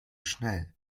schnell